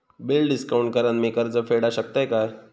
Bill discount करान मी कर्ज फेडा शकताय काय?